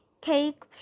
Cake